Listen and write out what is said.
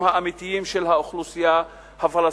האמיתיים של האוכלוסייה הפלסטינית.